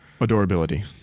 Adorability